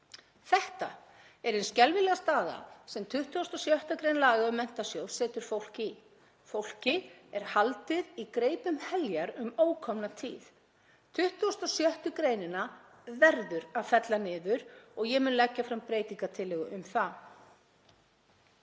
Þetta er skelfileg staða sem 26. gr. laga um Menntasjóð námsmanna setur fólk í. Fólki er haldið í greipum heljar um ókomna tíð. 26. gr. verður að fella niður og ég mun leggja fram breytingartillögu um það.